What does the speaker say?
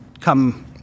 come